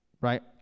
right